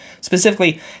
Specifically